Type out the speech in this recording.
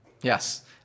yes